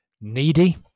needy